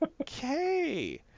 okay